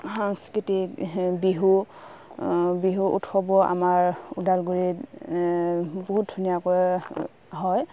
সাংস্কৃতিক বিহু বিহু উৎসৱো আমাৰ ওদালগুৰিত বহুত ধুনীয়াকৈ হয়